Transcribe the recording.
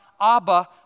Abba